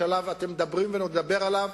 שעליו אתם מדברים ועוד נדבר עליו,